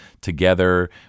together